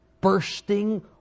bursting